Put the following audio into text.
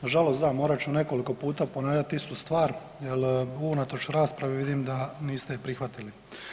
Nažalost, da, morat ću nekoliko puta ponavljati istu stvar jer unatoč raspravi vidim da niste je prihvatili.